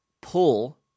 pull